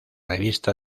revista